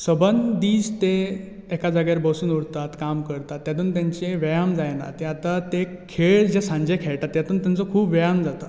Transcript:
सबंद दिस ते एका जाग्यार बसून उरतात काम करतात तेतून तेंचे व्यायाम जायना ते आता ते खेळ जे सांजे खेळटात तेतून तांचो खूब व्यायाम जाता